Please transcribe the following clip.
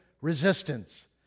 resistance